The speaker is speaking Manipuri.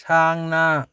ꯁꯥꯡꯅ